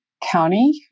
County